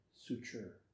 suture